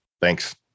Thanks